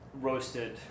roasted